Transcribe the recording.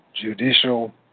judicial